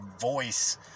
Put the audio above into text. voice